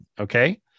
Okay